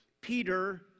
Peter